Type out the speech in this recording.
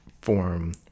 form